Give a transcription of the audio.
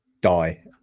die